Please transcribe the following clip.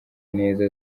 neza